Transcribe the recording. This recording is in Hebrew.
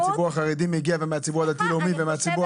מהציבור החרדי ומהציבור הדתי-לאומי ומהציבור